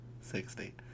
sixty